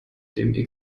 dem